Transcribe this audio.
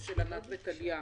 של ענת וטליה.